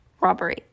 robbery